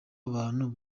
abantu